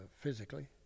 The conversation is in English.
physically